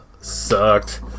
sucked